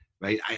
right